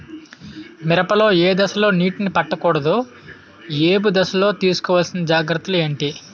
మిరప లో ఏ దశలో నీటినీ పట్టకూడదు? ఏపు దశలో తీసుకోవాల్సిన జాగ్రత్తలు ఏంటి?